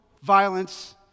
violence